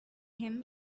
him